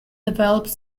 developed